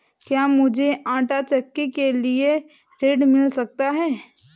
क्या मूझे आंटा चक्की के लिए ऋण मिल सकता है?